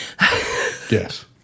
Yes